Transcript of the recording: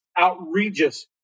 outrageous